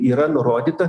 yra nurodyta